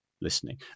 listening